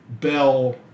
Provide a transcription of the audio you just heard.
Bell